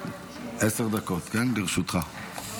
עשר דקות לרשותך,